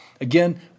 Again